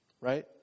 Right